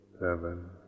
seven